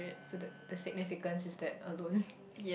so the the significant is that alone